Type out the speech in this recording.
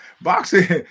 boxing